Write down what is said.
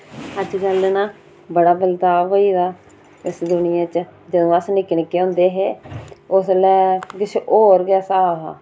अजकल ना बड़ा बदलाव होई दा इस दुनिया बिच जदूं अस निक्के निक्के होंदे हे उसलै किश होर गै स्हाब हा